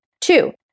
Two